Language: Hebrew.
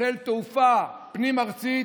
של תעופה פנים-ארצית,